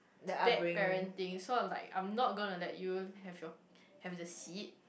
bad parenting so I was like I'm not gonna let you have your have the seat